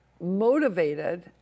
motivated